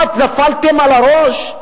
מה, נפלתם על הראש?